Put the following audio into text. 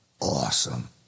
awesome